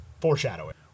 foreshadowing